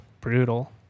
Brutal